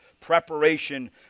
preparation